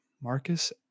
Marcus